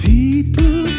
People